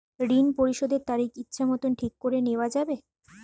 ঋণ পরিশোধের তারিখ ইচ্ছামত ঠিক করে নেওয়া যাবে?